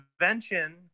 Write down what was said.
invention